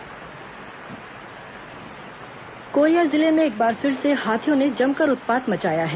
हाथी आतंक कोरिया जिले में एक बार फिर से हाथियों ने जमकर उत्पात मचाया है